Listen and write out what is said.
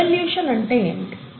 evolution అంటే ఏమిటి